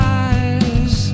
eyes